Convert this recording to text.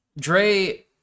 Dre